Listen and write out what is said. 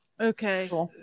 Okay